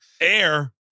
Air